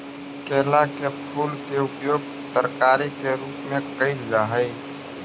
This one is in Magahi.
केला के फूल के उपयोग तरकारी के रूप में कयल जा हई